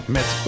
Met